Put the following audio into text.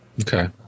Okay